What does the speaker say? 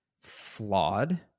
flawed